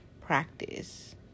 practice